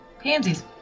pansies